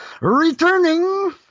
Returning